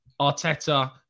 Arteta